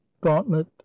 gauntlet